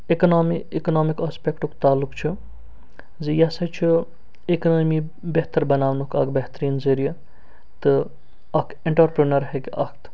economy economical آسپٮ۪کٹُک تعلُق چھُ زِ یہِ ہسا چھُ اِکنٲمی بہتر بَناونُک اکھ بہتریٖن ذریعہِ تہٕ اکھ اینٛٹررپرونَر ہٮ۪کہِ اَتھ